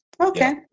Okay